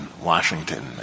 Washington